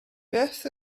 beth